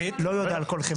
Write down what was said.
אני לא יודע על כל חברה.